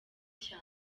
cya